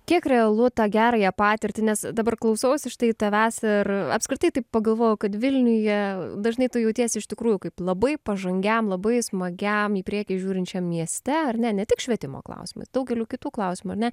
kiek realu tą gerąją patirtį nes dabar klausausi štai tavęs ir apskritai tai pagalvojau kad vilniuje dažnai tu jautiesi iš tikrųjų kaip labai pažangiam labai smagiam į priekį žiūrinčiam mieste ar ne ne tik švietimo klausimais daugeliu kitų klausimų ar ne